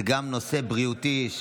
זה גם נושא בריאותי,